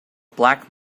black